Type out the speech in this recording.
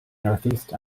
northeast